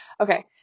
Okay